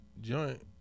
joint